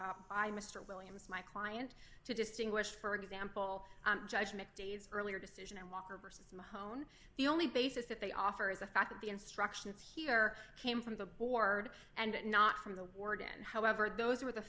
mr williams my client to distinguish for example judgment days earlier decision and walker versus the hone the only basis that they offer is the fact that the instructions here came from the board and not from the warden however those were the